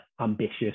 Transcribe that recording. ambitious